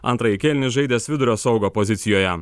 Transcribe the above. antrąjį kėlinį žaidęs vidurio saugo pozicijoje